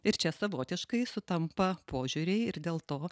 ir čia savotiškai sutampa požiūriai ir dėl to